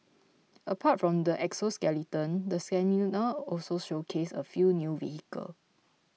apart from the exoskeleton the seminar also showcase a few new vehicle